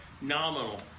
nominal